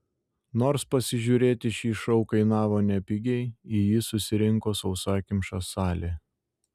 nors pasižiūrėti šį šou kainavo nepigiai į jį susirinko sausakimša salė